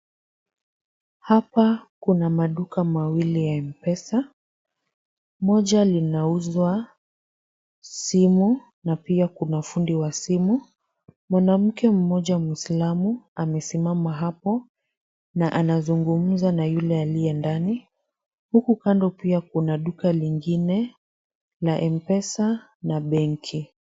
Hapa kuna maduka mawili ya mpesa. Moja linauzwa simu na pia kuna fundi wa simu. Mwanamke mmoja muislamu amesimama hapo na anazungumza na yule aliye ndani. Huku kando pia kuna duka lingine la mpesa na benki.